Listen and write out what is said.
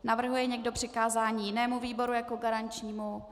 Navrhuje někdo přikázání jinému výboru jako garančnímu?